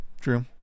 true